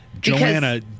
Joanna